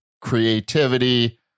creativity